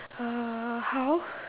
uh how